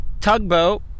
tugboat